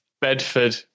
Bedford